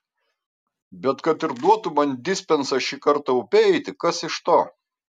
bet kad ir duotų man dispensą šį kartą upe eiti kas iš to